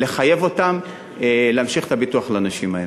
לחייב אותם להמשיך את הביטוח לאנשים האלה.